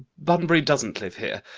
bunbury doesn't live here.